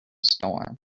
storm